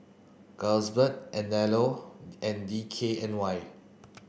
Carlsberg Anello and D K N Y